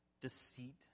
deceit